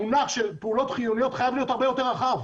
המונח של פעילויות חיוניות צריך להיות הרבה יותר רחב.